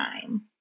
time